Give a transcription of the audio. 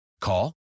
Call